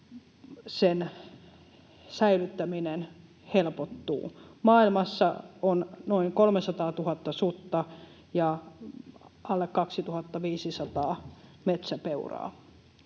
säilyttäminen helpottuu. Maailmassa on noin 300 000 sutta ja alle 2 500 metsäpeuraa.